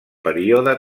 període